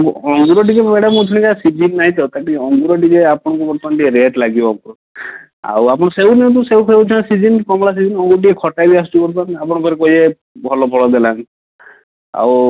ଅଙ୍ଗୁର ଟିକିଏ ମ୍ୟାଡ଼ାମ୍ ଉଛୁଣିକା ସିଜିନ୍ ନାହିଁ ତ ଟିକିଏ ଅଙ୍ଗୁର ଟିକିଏ ଆପଣଙ୍କୁ ବର୍ତ୍ତମାନ ଟିକିଏ ରେଟ୍ ଲାଗିବ ଆଉ ଆପଣଙ୍କୁ ଆଉ ସେଉ ନିଅନ୍ତୁ ସେଉଫେଉ ଉଛୁଣିକା ସିଜିନ୍ କମଳାଫମଳା ସିଜିନ୍ ଅଙ୍ଗୁର ଟିକିଏ ଖଟା ବି ଆସୁଛି ବର୍ତ୍ତମାନ ଆପଣଙ୍କର କହିବେ ଭଲ ଫଳ ଦେଲାନି ଆଉ